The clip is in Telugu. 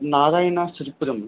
నారాయణ సిరిప్పురం